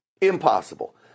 impossible